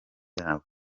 yabo